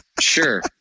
sure